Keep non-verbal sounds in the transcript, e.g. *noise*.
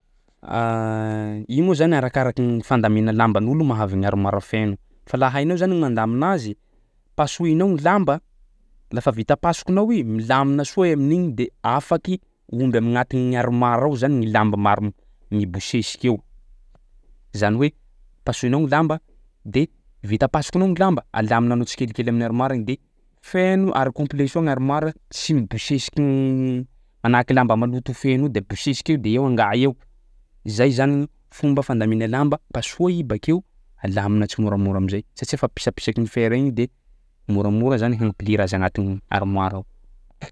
*hesitation* Io moa zany arakaraky ny fandamina lamban'olo mahavy ny armoara feno fa laha hainao zany mandamina azy pasohinao ny lamba, lafa vita pasokinao i, milamina soa i amin'igny de afaky omby agnatin'ny armoara ao zany ny lamba maro mibosesika eo. Zany hoe pasohinao gny lamba de vita pasokinao gny lamba alaminanao tsikelikely amin'ny armoara igny de feno ary complet soa gny armoara tsy mibosesiky *hesitation* manahaky lamba maloto feno io de abosesiky eo de eo anga eo. Zay zany ny fomba fandamina lamba pasoha i bakeo alamina tsimoramora am'zay satsia fa pisapisaky ny fera igny de moramora zany hampidira azy agnatin'ny armoara ao.